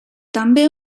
també